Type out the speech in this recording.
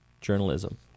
journalism